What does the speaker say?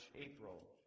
April